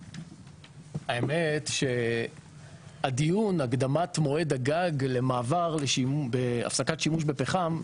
האמת שהדיון הקדמת מועד הגג למעבר בהפסקת שימוש בפחם,